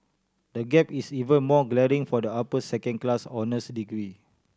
the gap is even more glaring for the upper second class honours degree